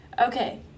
Okay